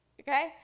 okay